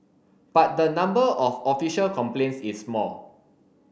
but the number of official complaints is small